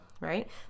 right